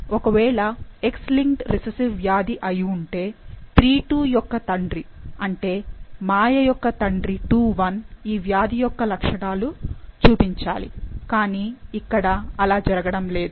ఒకవేళ X linked recessive వ్యాధి అయుంటే III 2 యొక్క తండ్రి అంటే మాయ యొక్క తండ్రి II 1 ఈ వ్యాధి యొక్క లక్షణాలు చూపించాలి కానీ ఇక్కడ అలా జరగడం లేదు